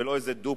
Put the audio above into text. ולא איזה דופלקס.